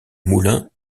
moulin